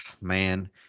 man